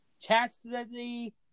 Chastity